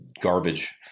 garbage